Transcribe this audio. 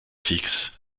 fixe